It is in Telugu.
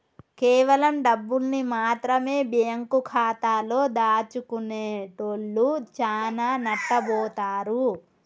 కేవలం డబ్బుల్ని మాత్రమె బ్యేంకు ఖాతాలో దాచుకునేటోల్లు చానా నట్టబోతారు